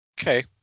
okay